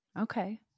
Okay